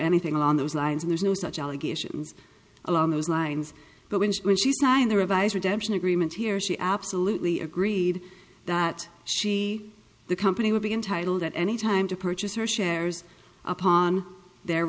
anything along those lines there's no such allegations along those lines but when she when she signed the revised redemption agreement here she absolutely agreed that she the company would be entitled at any time to purchase her shares upon their